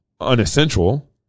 unessential